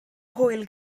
hwyl